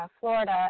Florida